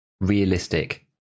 realistic